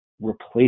replace